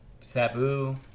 Sabu